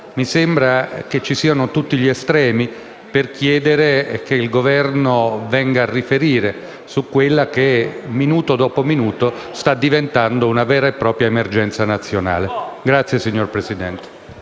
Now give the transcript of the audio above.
Mi sembra ci siano tutti gli estremi per chiedere che il Governo venga a riferire su quella che, minuto dopo minuto, sta diventando una vera e propria emergenza nazionale.